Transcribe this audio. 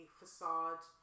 facade